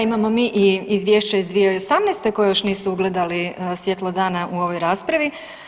Da imamo mi izvješće iz 2018. koje još nisu ugledali svjetlo dana u ovoj raspravi.